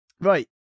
Right